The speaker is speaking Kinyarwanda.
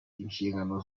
inshingano